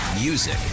Music